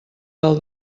del